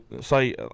say